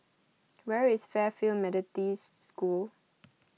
where is Fairfield Methodist School